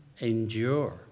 endure